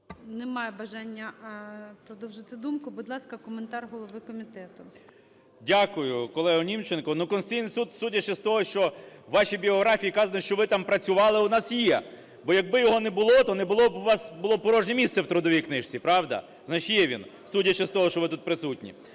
Немає бажання продовжити думку. Будь ласка, коментар голови комітету. 16:59:37 КНЯЖИЦЬКИЙ М.Л. Дякую, колего Німченко. Ну, Конституційний Суд, судячи з того, що у вашій біографії кажете, що ви там працювали, у нас є. Бо якби його не було, то не було б у вас, було б порожнє місце в трудовій книжці, правда? Значить, є він, судячи з того, що ви тут присутні.